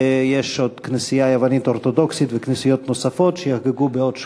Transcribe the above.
ויש עוד כנסייה יוונית-אורתודוקסית וכנסיות נוספות שיחגגו בעוד שבועיים,